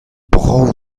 brav